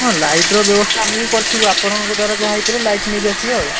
ହଁ ଆମେ ଲାଇଟ୍ର ବ୍ୟବସ୍ଥା ଆମେ ବି କରିଥିବୁ ଆପଣଙ୍କ ଦ୍ୱାରା ଯାହା ହୋଇପାରିବ ଲାଇଟ୍ ନେଇକି ଆସିବେ ଆଉ